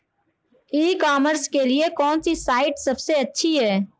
ई commerce के लिए कौनसी साइट सबसे अच्छी है?